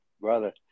brother